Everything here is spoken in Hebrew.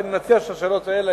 ואני מציע שהשאלות האלה,